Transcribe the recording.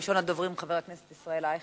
ראשון הדוברים, חבר הכנסת ישראל אייכלר,